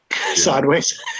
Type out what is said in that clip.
sideways